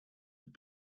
have